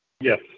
Yes